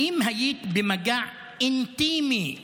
האם היית במגע אינטימי בברלין?